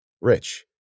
rich